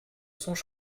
songe